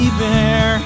bear